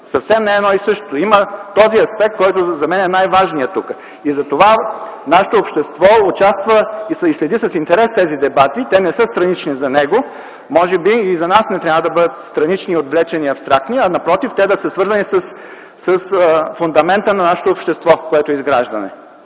Съвсем не е едно и също! Има този аспект, който за мен е най-важният тук. И затова нашето общество участва и следи с интерес тези дебати. Те не са странични за него. Може би и за нас не трябва да бъдат странични, отвлечени, абстрактни, а напротив, те да са свързани с фундамента на нашето общество, което изграждаме.